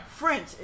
French